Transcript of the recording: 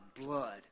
blood